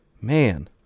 Man